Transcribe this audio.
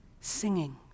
singing